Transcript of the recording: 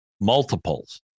multiples